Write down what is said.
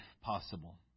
possible